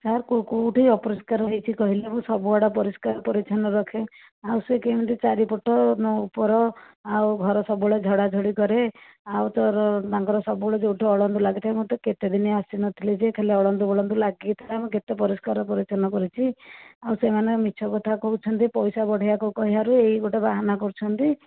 sir କେଉଁ କେଉଁଠି ଅପରିଷ୍କାର ହୋଇଛି କହିଲେ ମୁଁ ସବୁ ଆଡ଼େ ପରିଷ୍କାର ପରିଛନ୍ନ ରଖେ ଆଉ ସେ କେମିତି ଚାରିପଟ ଉପର ଆଉ ଘର ସବୁବେଳେ ଝଡ଼ା ଝଡ଼ି କରେ ଆଉ ତା'ର ତାଙ୍କର ସବୁବେଳେ ଯେଉଁଠି ଅଳନ୍ଧୁ ଲାଗିଥାଏ ମୁଁ ତ କେତେଦିନି ଆସିନଥିଲି ଯେ ଖାଲି ଅଳନ୍ଧୁ ଫଲନ୍ଦୁ ଲାଗିକି ଥିଲା ମୁଁ କେତେ ପରିଷ୍କାର ପରିଛନ୍ନ କରୁଛି ଆଉ ସେମାନେ ମିଛ କଥା କହୁଛନ୍ତି ପଇସା ବଢ଼େଇବାକୁ କହିବାରୁ ଏଇ ଗୋଟାଏ ବାହାନା କରୁଛନ୍ତି